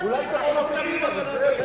אולי תבוא לקדימה וזהו.